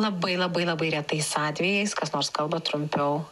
labai labai labai retais atvejais kas nors kalba trumpiau